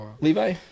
Levi